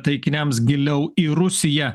taikiniams giliau į rusiją